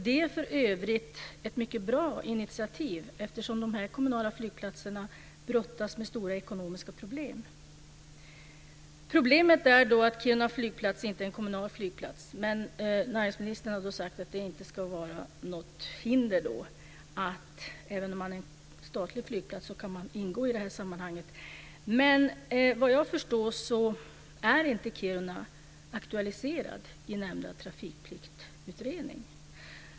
Det är för övrigt ett mycket bra initiativ, eftersom de här kommunala flygplatserna brottas med stora ekonomiska problem. Problemet är att Kiruna flygplats inte är en kommunal flygplats, men näringsministern har sagt att det inte ska vara något hinder. Även en statlig flygplats kan ingå i det här sammanhanget. Men vad jag förstår är inte Kiruna aktualiserad i nämnda trafikpliktsutredning.